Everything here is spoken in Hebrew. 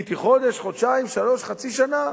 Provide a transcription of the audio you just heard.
חיכיתי חודש, חודשיים, שלושה חודשים, חצי שנה.